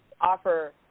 offer